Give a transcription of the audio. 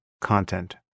content